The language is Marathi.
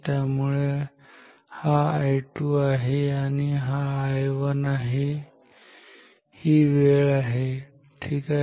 त्यामुळे हा I2 हा आहे आणि हा I1 आहे हा वेळ आहे ठीक आहे